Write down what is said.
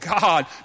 God